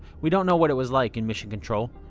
we don't know what it was like in mission control,